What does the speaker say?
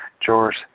George